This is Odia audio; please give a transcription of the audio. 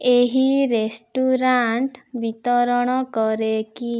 ଏହି ରେଷ୍ଟୁରାଣ୍ଟ ବିତରଣ କରେ କି